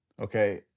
okay